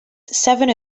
seven